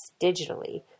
digitally